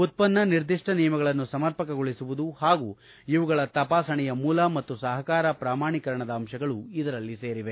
ಉತ್ಪನ್ನ ನಿರ್ದಿಷ್ನ ನಿಯಮಗಳನ್ನು ಸಮರ್ಪಕಗೊಳಿಸುವುದು ಹಾಗೂ ಇವುಗಳ ತಪಾಸಣೆಯ ಮೂಲ ಮತ್ತು ಸಹಕಾರ ಪ್ರಮಾಣೀಕರಣದ ಅಂತಗಳು ಇದರಲ್ಲಿ ಸೇರಿವೆ